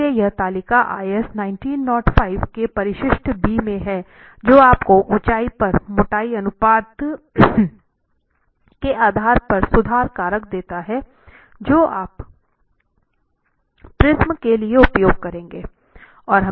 इसलिए यह तालिका IS 1905 के परिशिष्ट B में है जो आपको ऊंचाई पर मोटाई अनुपात के आधार पर सुधार कारक देता है जो आप प्रिज्म के लिए उपयोग करेंगे